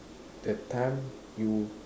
that time you